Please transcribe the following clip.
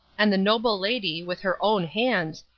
and the noble lady, with her own hands,